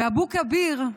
באבו כביר,